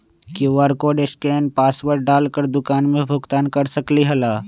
QR code scan password डाल कर दुकान में भुगतान कर सकलीहल?